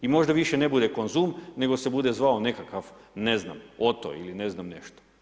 I možda više ne bude Konzum, nego se bude zvao nekakav, ne znam Otto ili ne znam, nešto.